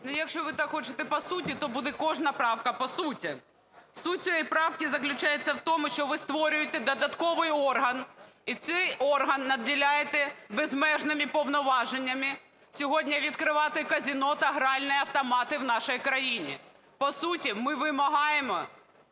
якщо ви так хочете по суті, то буде кожна правка, по суті. Суть цієї правки заключається в тому, що ви створюєте додатковий орган, і цей орган наділяєте безмежними повноваженнями сьогодні відкривати казино та гральні автомати у нашій країні. По суті, ми вимагаємо